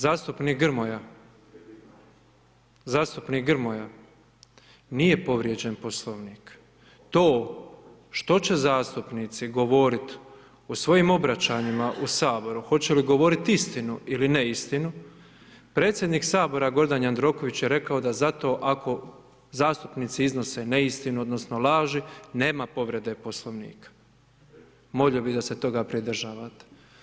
Zastupnik Grmoja, zastupnik Grmoja, nije povrijeđen Poslovnik, to što će zastupnici govoriti u svojim obraćanjima u Saboru, hoće li govoriti istinu ili neistinu, predsjednik Sabora Gordan Jandroković je rekao da zato ako zastupnici iznose neistinu odnosno laži, nema povrede Poslovnika, molio bi da se toga pridržavate.